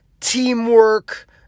teamwork